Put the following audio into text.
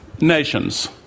nations